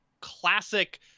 classic